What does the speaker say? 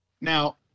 now